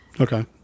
Okay